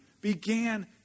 began